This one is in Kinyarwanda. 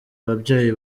ababyeyi